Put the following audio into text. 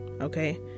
Okay